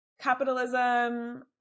capitalism